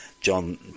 John